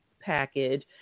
package